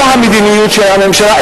לא המדיניות של הממשלה,